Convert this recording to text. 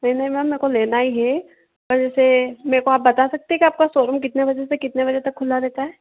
नहीं नहीं मैम मेरे को लेना हीं है जैसे मेरे को आप बता सकते हैं की आपका सोरूम कितने बजे से कितने बजे तक खुला रहता है